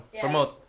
promote